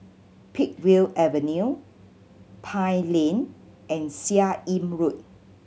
Peakville Avenue Pine Lane and Seah Im Road